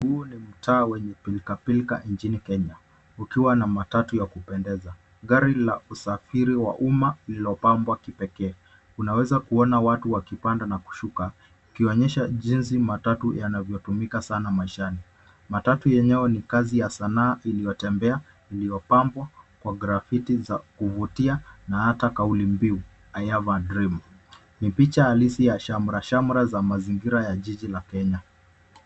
Huu ni mtaa wenye pilkapilka nchini Kenya, ukiwa na matatu ya kupendeza. Gari la usafiri wa umma lililopambwa kipekee. Unaweza kuona watu wakipanda na kushuka; ikionyesha jinsi matatu yanavyotumika sana maishani. Matatu yenyewe ni kazi ya sanaa iliyotembea, iliyopambwa kwa graffiti za kuvutia na hata kauli mbiu I have a dream . Ni picha halisi ya shamrashamra za mazingira ya jiji la Kenya.